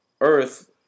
earth